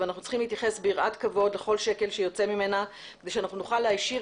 ואנו צריכים להתייחס ביראת כבוד לכל שקל שיוצא ממנה כדי שנוכל להישיר